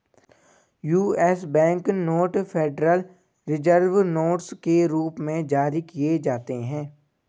US bank note federal reserve notes के रूप में जारी किए जाते हैं